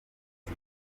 cya